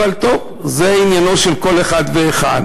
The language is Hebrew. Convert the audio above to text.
אבל טוב, זה עניינו של כל אחד ואחד.